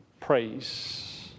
Praise